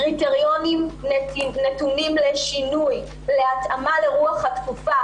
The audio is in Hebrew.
קריטריונים נתונים לשינוי, להתאמה לרוח התקופה.